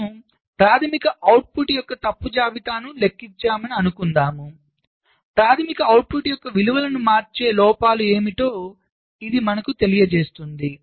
మనము ప్రాధమిక అవుట్పుట్ యొక్క తప్పు జాబితాను లెక్కించామని అనుకుందాం ప్రాధమిక అవుట్పుట్ యొక్క విలువను మార్చే లోపాలు ఏమిటో ఇది మనకు తెలియజేస్తుంది